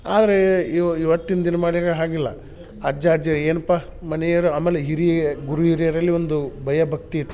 ಆದರೆ ಇವತ್ತಿನ ದಿನ್ಮಾನಗಳು ಹಾಗಿಲ್ಲ ಅಜ್ಜ ಅಜ್ಜಿ ಏನಪ್ಪ ಮನೆಯವರು ಆಮೇಲೆ ಹಿರಿಯ ಗುರುಹಿರಿಯರಲ್ಲಿ ಒಂದು ಭಯ ಭಕ್ತಿ ಇತ್ತು